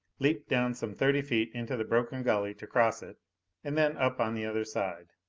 leaped down some thirty feet into the broken gully, to cross it and then up on the other side.